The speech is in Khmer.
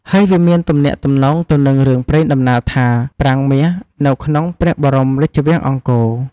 ហើយវាមានទំនាក់ទំនងទៅនឹងរឿងព្រេងដំណាលថាប្រាង្គមាសនៅក្នុងព្រះបរមរាជវាំងអង្គរ។